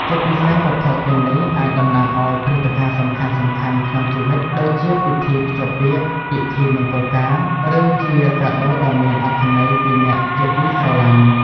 ជាពិសេស វត្ថុទាំងនេះអាចតំណាងឲ្យ ព្រឹត្តិការណ៍សំខាន់ៗ ក្នុងជីវិត ដូចជាពិធីភ្ជាប់ពាក្យ ពិធីមង្គលការ ឬជាកាដូដ៏មានអត្ថន័យពីអ្នកជាទីស្រឡាញ់។